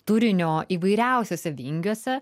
turinio įvairiausiose vingiuose